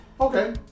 Okay